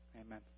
Amen